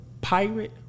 pirate